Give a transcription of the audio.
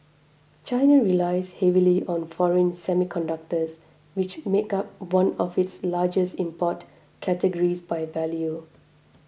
China relies heavily on foreign semiconductors which make up one of its largest import categories by value